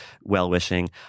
well-wishing